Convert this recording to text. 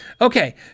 Okay